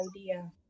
idea